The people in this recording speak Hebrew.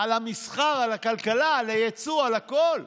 על המסחר, על הכלכלה, על היצוא, על הכול.